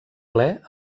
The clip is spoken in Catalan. ple